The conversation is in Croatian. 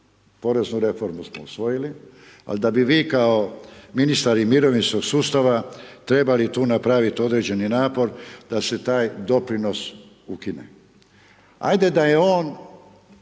poreznu reformu smo usvojili, ali da bi vi kao ministar i mirovinskog sustava trebali tu napraviti određeni napor da se taj doprinos ukine. Ajde da je on,